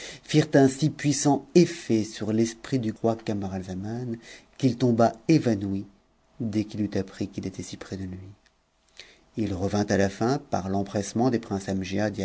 firent un si puissant effet sur l'esprit du roi camaralzaman qu'il tomba évanoui dès qu'il eut appris qu'il était si p'es de lui il revint à la fin par l'empressement des